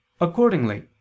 accordingly